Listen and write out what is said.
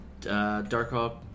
Darkhawk